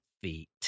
feet